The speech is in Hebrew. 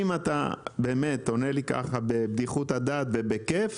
אם אתה באמת עונה לי בבדיחות הדעת ובכיף,